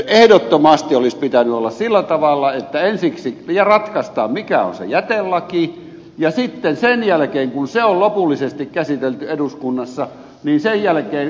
ehdottomasti olisi pitänyt olla sillä tavalla että ensiksi ratkaistaan mikä on se jätelaki ja sitten sen jälkeen kun se on lopullisesti käsitelty eduskunnassa sen jälkeen ohjauslaki